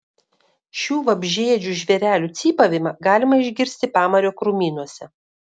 šių vabzdžiaėdžių žvėrelių cypavimą galima išgirsti pamario krūmynuose